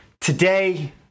Today